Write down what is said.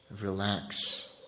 relax